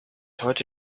heute